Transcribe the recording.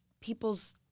people's